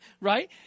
Right